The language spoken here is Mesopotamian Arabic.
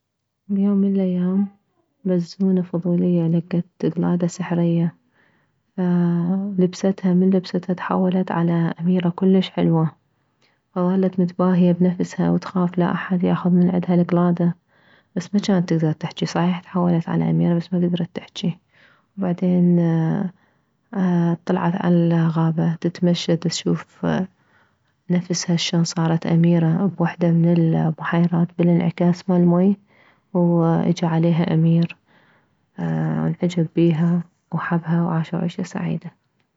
بيوم من الايام بزونة فضولية لكت كلادة سحرية فلبستها من لبستها تحولت على اميرة كلش حلوة فظلت متباهيه بنفسها وتخاف لا احد ياخذ من عدها الكلادة بس ما انت تكدر تحجي صحيح تحولت على اميرة بس ما كدرت تحجي وبعدين طلعت عالغابة تتمشى دتشوف نفسها شلون صارت اميرة بوحدة من البحيرات بالانعكاس مالماي واجه عليها امير وانعجب بيها وحبها وعاشو عيشة سعيدة